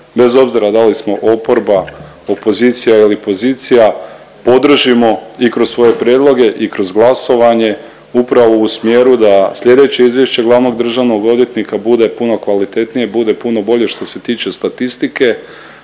bez obzira da li smo oporba, opozicija ili pozicija podržimo i kroz svoje prijedloge i kroz glasovanje upravo u smjeru da sljedeće izvješće glavnog državnog odvjetnika bude puno kvalitetnije i bude puno bolje što se tiče statistike,